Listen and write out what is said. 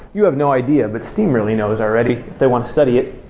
you have no idea, but steam really knows already, if they want to study it.